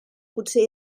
potser